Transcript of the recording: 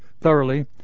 thoroughly